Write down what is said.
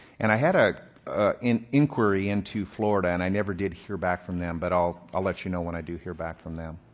and i had ah an inquiry inquiry into florida and i never did hear back from them, but i'll i'll let you know when i do hear back from them.